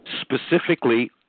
specifically